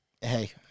Hey